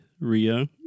Rio